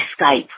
Skype